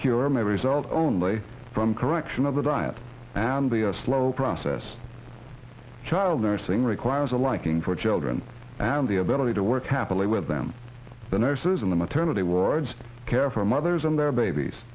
cure may result only from correction of the diet and the slow process child nursing requires a liking for children and the ability to work happily with them the nurses in the maternity wards care for mothers and their babies